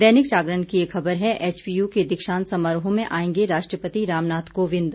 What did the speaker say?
दैनिक जागरण की एक ख़बर है एचपीयू के दीक्षांत समारोह में आएंगे राष्ट्रपति रामनाथ कोविंद